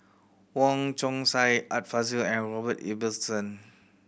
Wong Chong Sai Art Fazil and Robert Ibbetson